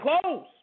close